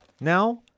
now